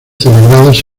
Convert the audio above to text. celebradas